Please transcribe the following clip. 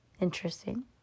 interesting